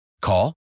Call